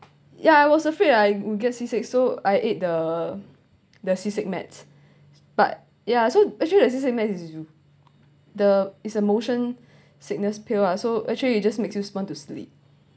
yeah I was afraid I would get seasick so I ate the the seasick meds but ya so actually the seasick med is just the it's a motion sickness pill lah so actually it just makes you want to sleep